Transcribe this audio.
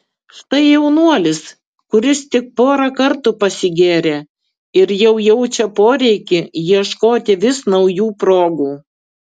štai jaunuolis kuris tik porą kartų pasigėrė ir jau jaučia poreikį ieškoti vis naujų progų